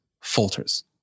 falters